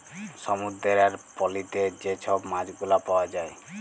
সমুদ্দুরের পলিতে যে ছব মাছগুলা পাউয়া যায়